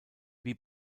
wie